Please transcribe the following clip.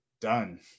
done